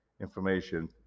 information